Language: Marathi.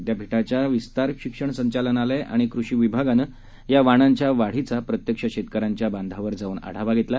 विद्यापीठाच्या विस्तार शिक्षण संचालनालय आणि कृषी विभागानं या वाणांच्या वाढीचा प्रत्यक्ष शेतकऱ्यांच्या बांधावर जाऊन आढावा घेतला